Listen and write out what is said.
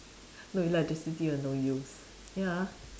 no electricity no use ya